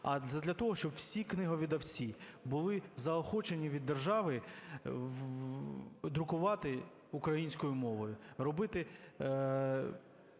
а задля того, щоб всі книговидавці були заохочені від держави друкувати українською мовою, робити